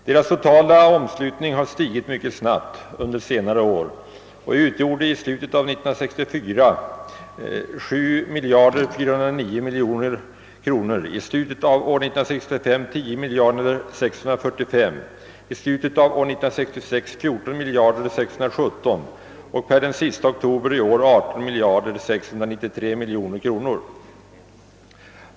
Deras totala omslutning har under senare år stigit mycket snabbt och var i slutet av 1964 uppe i 7409 miljoner kronor, i slutet av år 1965 var omslutningen 10 645 miljoner, i slutet av 1966 var den 14 617 miljoner och per den 31 oktober i år 18 693 miljoner kronor.